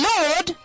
Lord